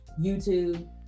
YouTube